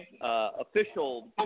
official